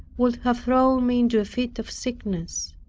would have thrown me into a fit of sickness.